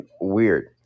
weird